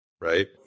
right